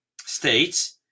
states